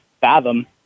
fathom